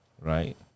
Right